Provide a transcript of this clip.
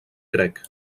grec